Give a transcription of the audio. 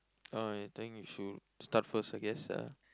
uh I think you should start first I guess ah